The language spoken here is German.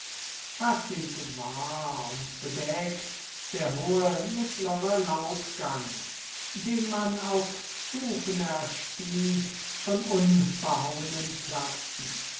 schattig war und bedeckt der hohe mittlere laubgang den man auf stufen erstieg von unbehauenen platten